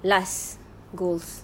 last goals